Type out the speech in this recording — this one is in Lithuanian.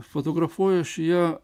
fotografuoju aš ją